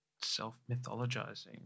self-mythologizing